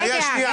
רגע.